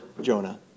Jonah